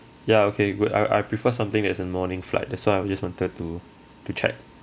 ya okay good I I prefer something that's in morning flight that's why I just wanted to to check